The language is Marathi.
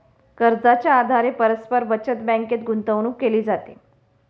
कर्जाच्या आधारे परस्पर बचत बँकेत गुंतवणूक केली जाते